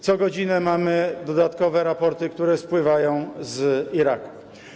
Co godzinę mamy dodatkowe raporty, które spływają z Iraku.